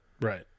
Right